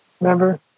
Remember